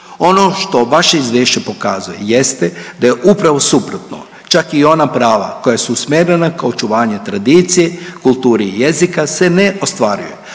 Ono što vaše izvješće pokazuje jeste da je upravo suprotno, čak i ona prava koja su usmerena ka očuvanju tradiciji, kulturi jezika se ne ostvaruje,